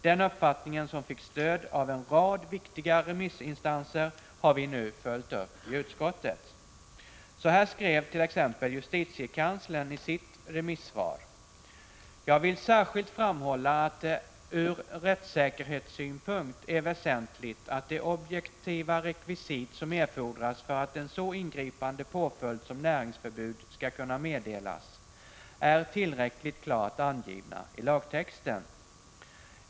Den uppfattningen, som fick stöd av en rad viktiga remissinstanser, har vi nu följt upp i utskottet. Så här skrev t.ex. justitiekanslern i sitt remissvar: ”Jag vill särskilt framhålla att det ur rättssäkerhetssynpunkt är väsentligt att det objektiva rekvisit som erfordras för en så ingripande påföljd som näringsförbud skall kunna meddelas, är tillräckligt klart angivet i lagtexten.